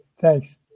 Thanks